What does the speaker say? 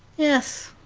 yes,